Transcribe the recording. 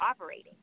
operating